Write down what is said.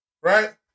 Right